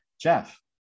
Jeff